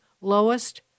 lowest